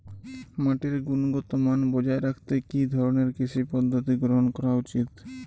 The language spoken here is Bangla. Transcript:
মাটির গুনগতমান বজায় রাখতে কি ধরনের কৃষি পদ্ধতি গ্রহন করা উচিৎ?